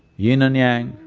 yin and yang,